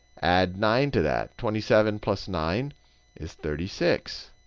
add nine to that. twenty seven plus nine is thirty six.